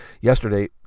Yesterday